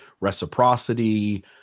reciprocity